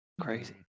crazy